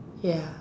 ya